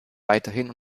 weiterhin